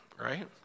right